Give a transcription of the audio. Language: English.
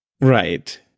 right